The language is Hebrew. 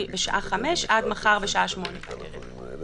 בשעה חמש עד מחר בשעה שמונה בערב.